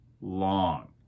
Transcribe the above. long